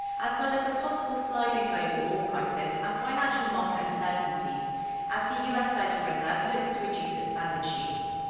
as well as a possible slide in global oil prices and um financial market uncertainties as the u s. federal reserve looks to reduce its balance sheets.